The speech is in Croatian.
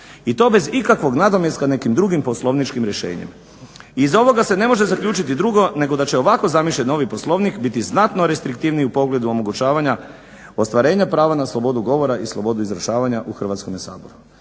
i to bez ikakvog nadomjeska nekim drugim poslovničkim rješenjima. Iz ovoga se ne može zaključiti drugo nego da će ovako zamišljen novi Poslovnik biti znatno restriktivniji u pogledu omogućavanja ostvarenja prava na slobodu govora i slobodu izražavanja u Hrvatskome saboru,